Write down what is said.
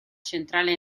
centrale